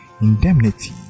indemnity